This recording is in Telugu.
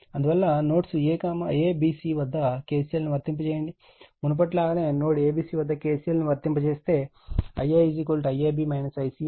అందువల్ల నోడ్స్ ABC వద్ద KCL ను వర్తింపజేయండి మునుపటిలాగే నోడ్ ABC వద్ద KCL ను వర్తింపజేస్తే Ia IAB ICA గా పొందుతాము